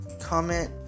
comment